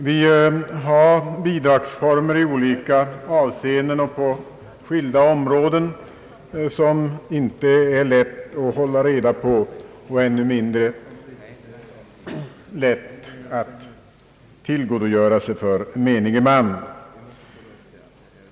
Vi har bidragsformer i olika avseenden och på skilda områden som det inte är lätt att hålla reda på och som det är svårt för menige man att tillgodogöra sig.